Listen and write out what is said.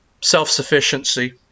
self-sufficiency